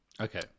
Okay